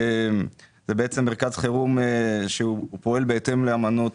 זה מרכז חירום שפועל בהתאם לאמנות